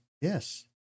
Yes